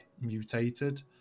mutated